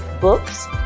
books